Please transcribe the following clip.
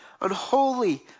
unholy